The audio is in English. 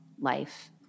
life